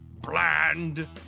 bland